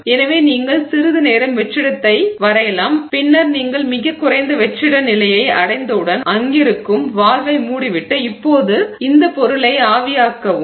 எனவே நீங்கள் சிறிது நேரம் வெற்றிடத்தை வரையலாம் பின்னர் நீங்கள் மிகக் குறைந்த வெற்றிட நிலையை அடைந்தவுடன் அங்கிருக்கும் வால்வை மூடிவிட்டு இப்போது இந்த பொருளை ஆவியாக்கவும்